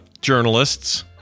journalists